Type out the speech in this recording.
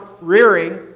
rearing